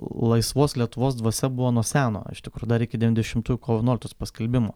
laisvos lietuvos dvasia buvo nuo seno iš tikrų dar iki devyndešimtųjų kovo vienuoliktos paskelbimo